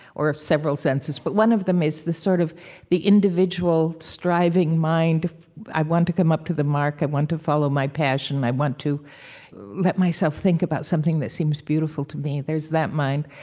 or of several senses, but one of them is the sort of the individual, striving mind i want to come up to the mark. i want to follow my passion. i want to let myself think about something that seems beautiful to me. there's that mind.